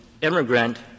immigrant